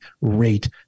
rate